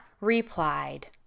replied